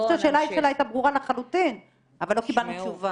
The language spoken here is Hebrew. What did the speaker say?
אני חושבת שהשאלה שלה הייתה ברורה לחלוטין אבל לא קיבלנו תשובה.